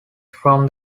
from